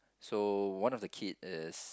so one of the kid is